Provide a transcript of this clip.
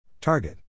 Target